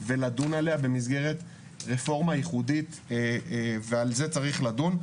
ולדון עליה במסגרת רפורמה ייחודית ועל זה צריך לדון.